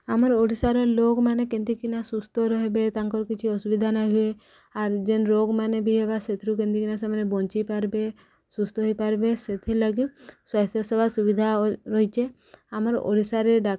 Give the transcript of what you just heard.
ଆମର ଓଡ଼ିଶାର ଲୋକ୍ମାନେ କେମିତିକିନା ସୁସ୍ଥ ରହିବେ ତାଙ୍କର କିଛି ଅସୁବିଧା ନାଇଁ ହୁଏ ଆର୍ ଯେନ୍ ରୋଗମାନେ ବି ହେବା ସେଥିରୁ କେମିତିକିନା ସେମାନେ ବଞ୍ଚି ପାରବେ ସୁସ୍ଥ ହେଇପାରିବେ ସେଥିଲାଗି ସ୍ୱାସ୍ଥ୍ୟ ସେବା ସୁବିଧା ରହିଛେ ଆମର ଓଡ଼ିଶାରେ ଡାକ୍ର